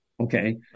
okay